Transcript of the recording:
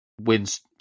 wins